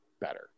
better